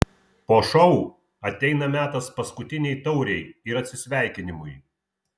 po šou ateina metas paskutinei taurei ir atsisveikinimui